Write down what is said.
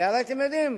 כי הרי אתם יודעים,